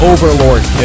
Overlord